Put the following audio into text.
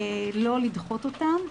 לא לדחות אותן.